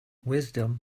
wisdom